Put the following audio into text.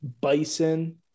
bison